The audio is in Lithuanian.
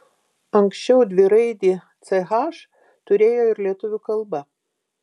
anksčiau dviraidį ch turėjo ir lietuvių kalba